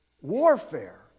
warfare